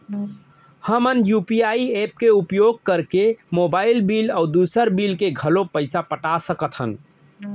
हमन UPI app के उपयोग करके मोबाइल बिल अऊ दुसर बिल के घलो पैसा पटा सकत हन